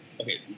Okay